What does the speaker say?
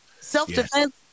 self-defense